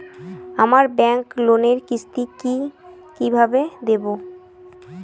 আমার ব্যাংক লোনের কিস্তি কি কিভাবে দেবো?